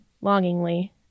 longingly